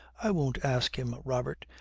i won't ask him, robert,